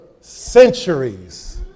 centuries